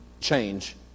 change